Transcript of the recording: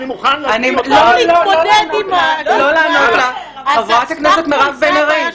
במקום להתמודד עם ה ------ חברת הכנסת מירב בן ארי,